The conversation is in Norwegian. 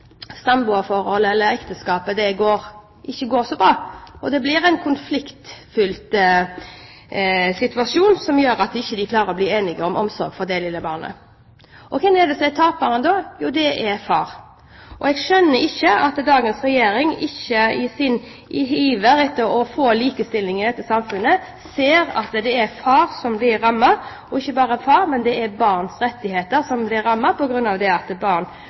samboerforholdet, eller ekteskapet, ikke går så bra, og at det blir en konfliktfylt situasjon som gjør at de ikke klarer å bli enige om omsorgen for det lille barnet. Hvem er det som er taperen da? Jo, det er far. Jeg skjønner ikke at dagens regjering i sin iver etter å få likestilling i dette samfunnet ikke ser at det er far som blir rammet, og ikke bare far, men at det er